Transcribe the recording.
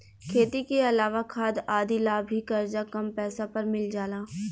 खेती के अलावा खाद आदि ला भी करजा कम पैसा पर मिल जाला